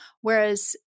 whereas